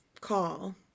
call